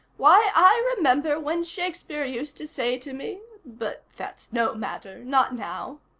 why, i remember when shakespeare used to say to me but that's no matter, not now.